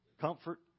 comfort